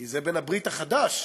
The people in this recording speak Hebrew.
כי זה בעל-הברית החדש,